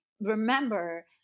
remember